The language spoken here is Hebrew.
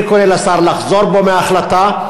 אני קורא לשר לחזור בו מההחלטה,